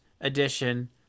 edition